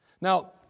Now